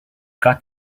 got